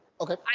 Okay